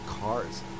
cars